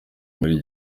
muri